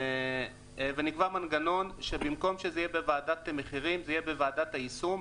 ונקבע מנגנון שבמקום שזה יהיה בוועדת מחירים זה יהיה בוועדת היישום.